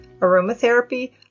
aromatherapy